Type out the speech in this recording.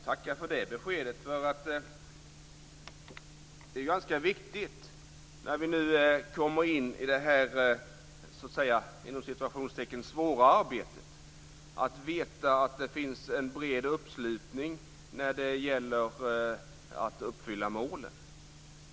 Herr talman! Tack för det beskedet. När vi nu kommer in i det här "svåra" arbetet är det ganska viktigt att veta att det finns en bred uppslutning när det gäller att uppfylla målen.